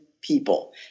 people